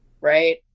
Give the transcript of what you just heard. right